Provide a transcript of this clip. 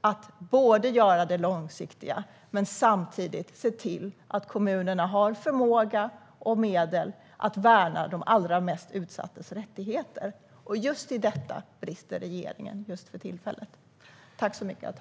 att både göra det långsiktiga och samtidigt se till att kommunerna har förmåga och medel att värna de allra mest utsattas rättigheter. Just i detta brister regeringen för tillfället.